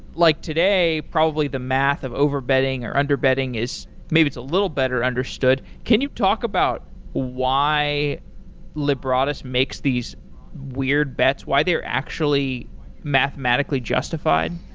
like today, probably the math of over betting or under-betting is maybe it's a little better understood. can you talk about why lebradas makes these weird bets? why they're actually mathematically justified?